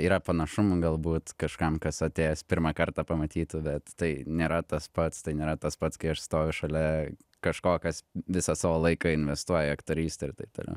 yra panašumų galbūt kažkam kas atėjęs pirmą kartą pamatytų bet tai nėra tas pats tai nėra tas pats kai aš stoviu šalia kažko kas visą savo laiką investuoja į aktorystę ir taip toliau